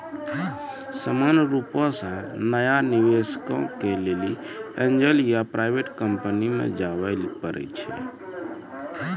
सामान्य रुपो से नया निबेशको के लेली एंजल या प्राइवेट कंपनी मे जाबे परै छै